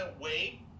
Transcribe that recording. wait